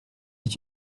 est